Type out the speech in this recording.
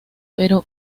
pero